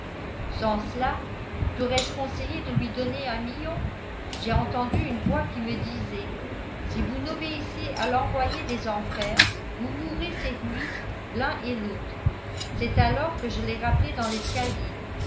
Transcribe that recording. sans cela taurais je conseillé de lui donner un million j'ai entendu une voix qui me disait si vous n'obéissez à l'envoyé des enfers vous mourrez cette nuit l'un et l'autre c'est alors que je l'ai rappelé dans l'escalier